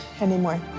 anymore